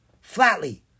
Flatly